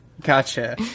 Gotcha